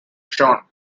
genre